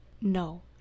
no